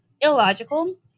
illogical